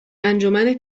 انجمن